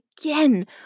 again